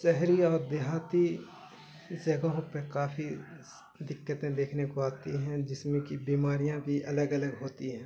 شہری اور دیہاتی جگہوں پہ کافی دقتیں دیکھنے کو آتی ہیں جس میں کہ بیماریاں بھی الگ الگ ہوتی ہیں